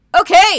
Okay